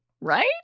right